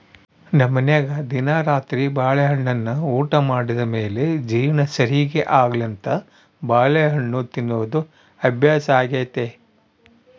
ನಮ್ಮನೆಗ ದಿನಾ ರಾತ್ರಿ ಬಾಳೆಹಣ್ಣನ್ನ ಊಟ ಮಾಡಿದ ಮೇಲೆ ಜೀರ್ಣ ಸರಿಗೆ ಆಗ್ಲೆಂತ ಬಾಳೆಹಣ್ಣು ತಿನ್ನೋದು ಅಭ್ಯಾಸಾಗೆತೆ